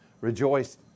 Rejoice